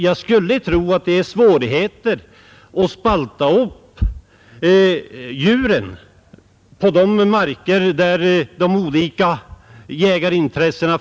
Jag skulle tro att det är svårt att dela upp djuren på marker där det finns olika jägarintressen.